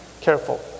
Careful